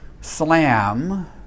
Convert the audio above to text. slam